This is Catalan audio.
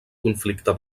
conflicte